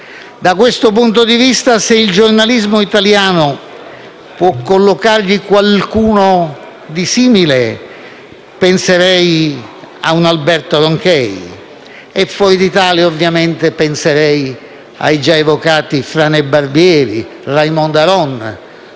Da questo punto di vista, se il giornalismo italiano può collocargli qualcuno di simile, penserei a un Alberto Ronchey e, fuori d'Italia, ovviamente, ai già evocati Frane Barbieri e Raymond Aron,